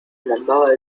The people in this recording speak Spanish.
mandada